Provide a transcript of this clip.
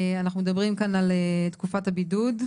אנחנו מדברים פה על תקופת הבידוד.